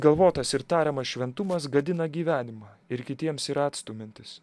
galvotas ir tariamas šventumas gadina gyvenimą ir kitiems yra atstumiantis